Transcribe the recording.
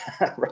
right